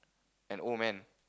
an old man